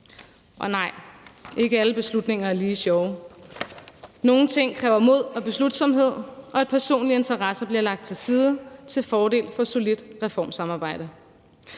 Og nej, ikke alle beslutninger er lige sjove. Nogle ting kræver mod og beslutsomhed, og at personlige interesser bliver lagt til side til fordel for et solidt reformsamarbejde.